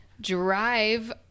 drive